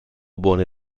buoni